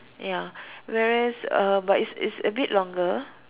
ya whereas uh but it's it's a bit longer